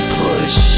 push